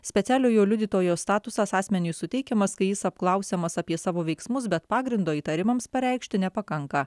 specialiojo liudytojo statusas asmeniui suteikiamas kai jis apklausiamas apie savo veiksmus bet pagrindo įtarimams pareikšti nepakanka